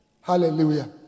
Hallelujah